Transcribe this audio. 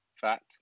fact